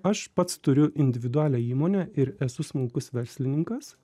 aš pats turiu individualią įmonę ir esu smulkus verslininkas